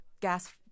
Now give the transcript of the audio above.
gas